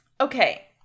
Okay